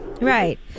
Right